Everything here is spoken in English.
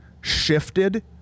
shifted